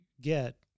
get